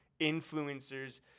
influencers